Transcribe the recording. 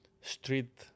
street